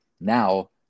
Now